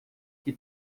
que